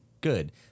good